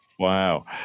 Wow